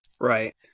Right